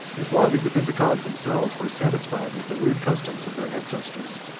as long as the visigoths themselves were satisfied with the rude customs of their ancestors,